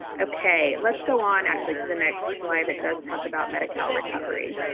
okay let's go on actually to the next slide that does talk about med-cal recovery.